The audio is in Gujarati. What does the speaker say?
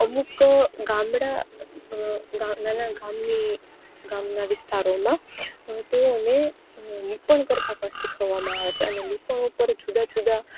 અમુક ગામડા ગા નાના ગામની ગામના વિસ્તારોમાં તેઓને લીંપણ કરતાં પણ શીખવવામાં આવે છે અને લીંપણ ઉપર જુદા જુદા